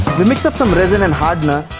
we mix up some resin and hardener.